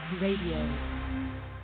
Radio